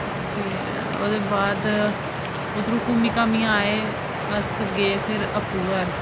फ्ही ओह्दे बाद उद्धर घुम्मी घाम्मियै आए अस गे भी आपूं घर